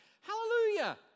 hallelujah